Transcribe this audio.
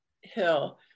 hill